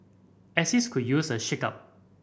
axis could use a shake up